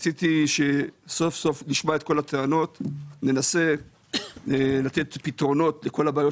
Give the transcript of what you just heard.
רציתי שסוף סוף נשמע את כל הטענות וננסה לתת פתרונות לכל הבעיות